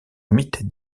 mythe